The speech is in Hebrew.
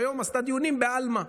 שהיום עשתה דיונים בעלמא.